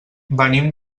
venim